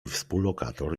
współlokator